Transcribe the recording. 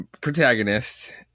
protagonist